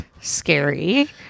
scary